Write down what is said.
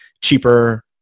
cheaper